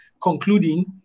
concluding